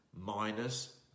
minus